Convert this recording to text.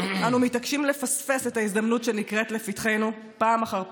אנו מתעקשים לפספס את ההזדמנות שנקרית לפתחנו פעם אחר פעם.